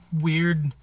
weird